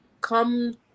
come